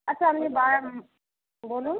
আচ্ছা আপনি বলুন